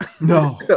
No